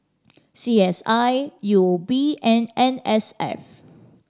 C S I U O B and N S F